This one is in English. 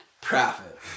Profit